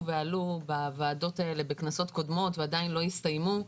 ועלו בוועדות האלה בכנסות קודמות ועדיין לא הסתיימו.